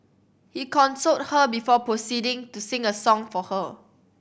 he consoled her before proceeding to sing a song for her